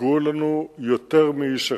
נפגעו לנו יותר מאיש אחד.